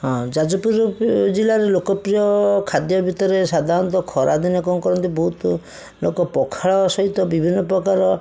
ହଁ ଯାଜପୁର ଜିଲ୍ଲାରେ ଲୋକପ୍ରିୟ ଖାଦ୍ୟ ଭିତରେ ସାଧାରଣତଃ ଖରାଦିନେ କ'ଣ କରନ୍ତି ବହୁତ ଲୋକ ପଖାଳ ସହିତ ବିଭିନ୍ନ ପ୍ରକାର